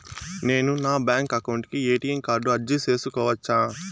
నేను నా bank account కు ఎ.టి.ఎం కార్డు అర్జీ సేసుకోవచ్చా?